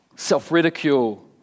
Self-ridicule